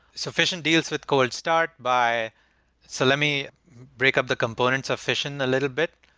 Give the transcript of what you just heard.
sufficient deals with cold start by so let me break up the components of fission a little bit.